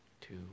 two